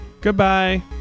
Goodbye